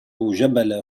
جبل